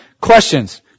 questions